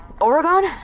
Oregon